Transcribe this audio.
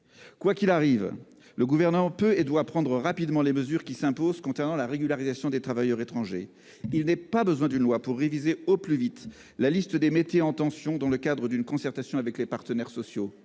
Quoi qu'il arrive, le Gouvernement peut et doit prendre rapidement les mesures qui s'imposent en matière de régularisation des travailleurs étrangers. Il n'est pas besoin d'une loi pour réviser au plus vite la liste des métiers en tension, dans le cadre d'une concertation avec les partenaires sociaux,